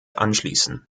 anschließen